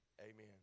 Amen